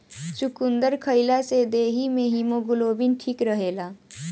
चुकंदर खइला से देहि में हिमोग्लोबिन ठीक रहेला